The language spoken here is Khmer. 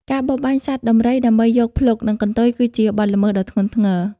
ការបរបាញ់សត្វដំរីដើម្បីយកភ្លុក និងកន្ទុយគឺជាបទល្មើសដ៏ធ្ងន់ធ្ងរ។